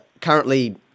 currently